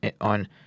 on